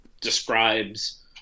describes